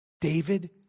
David